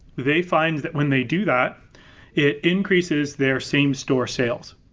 they find that when they do that it increases their same-store sales.